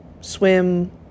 swim